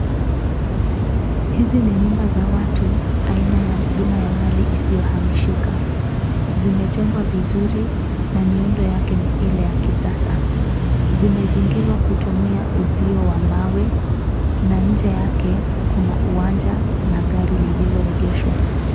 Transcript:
Hizi ni nyumba za watu aina ya bima ya mali isiyohamishika. Zimejengwa vizuri na miundo yake ni ile ya kisasa. Zimezingirwa kutumia uzio wa mawe na nje yake kuna uwanja na gari lililoegeshwa.